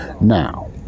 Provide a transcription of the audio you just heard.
Now